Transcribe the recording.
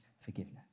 forgiveness